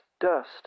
dust